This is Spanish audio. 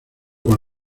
con